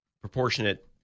proportionate